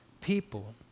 people